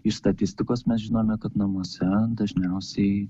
iš statistikos mes žinome kad namuose dažniausiai